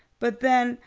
but then,